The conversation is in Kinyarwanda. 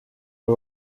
abo